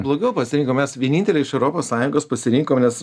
blogiau pasirinkom mes vieninteliai iš europos sąjungos pasirinkom nes